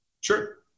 Sure